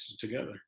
together